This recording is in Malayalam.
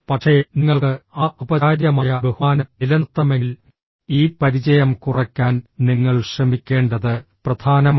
പക്ഷേ നിങ്ങൾക്ക് ആ ഔപചാരികമായ ബഹുമാനം നിലനിർത്തണമെങ്കിൽ ഈ പരിചയം കുറയ്ക്കാൻ നിങ്ങൾ ശ്രമിക്കേണ്ടത് പ്രധാനമാണ്